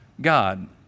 God